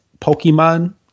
Pokemon